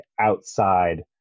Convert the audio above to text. outside